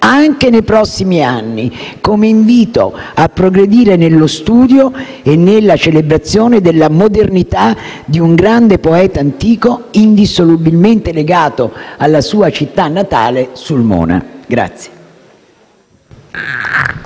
anche nei prossimi anni, come invito a progredire nello studio e nella celebrazione della modernità di un grande poeta antico, indissolubilmente legato alla sua città natale, Sulmona.